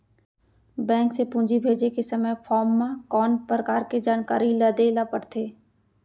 Bank से पूंजी भेजे के समय फॉर्म म कौन परकार के जानकारी ल दे ला पड़थे?